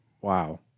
wow